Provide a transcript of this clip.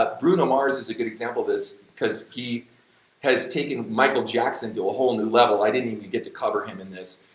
but bruno mars is a good example of this, because he has taken michael jackson to a whole new level, i didn't even get to cover him in this,